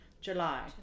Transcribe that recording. July